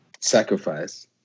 sacrifice